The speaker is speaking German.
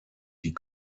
die